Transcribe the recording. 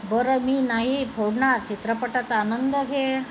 बरं मी नाही फोडणार चित्रपटाचा आनंद घे